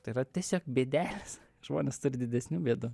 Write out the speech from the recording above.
tai yra tiesiog bėdelės žmonės turi didesnių bėdų